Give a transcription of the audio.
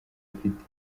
afite